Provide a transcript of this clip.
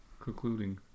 Concluding